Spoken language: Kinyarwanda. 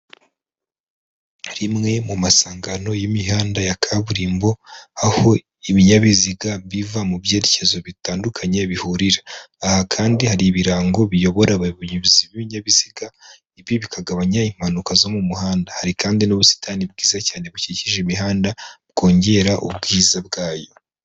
Rimwe mu masangano y'imihanda ya kaburimbo aho ibinyabiziga biva mu byerekezo bitandukanye bihurira, aha kandi hari ibirango biyobora abayobozi b'ibinyabiziga, ibi bikagabanya impanuka zo mu muhanda hari kandi n'ubusitani bwiza cyane bukikije imihanda bwongera ubwiza bwayo.